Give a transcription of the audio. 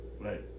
Right